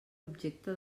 objecte